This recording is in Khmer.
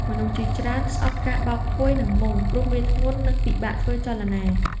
មនុស្សជាច្រើនស្អប់ការបោកភួយ និងមុង ព្រោះវាធ្ងន់ និងពិបាកធ្វើចលនា។